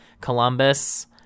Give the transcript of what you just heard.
Columbus